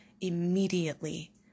immediately